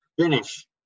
finish